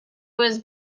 was